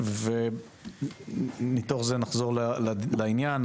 נחזור לעניין,